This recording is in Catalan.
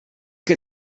que